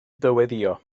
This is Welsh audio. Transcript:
dyweddïo